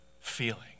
feeling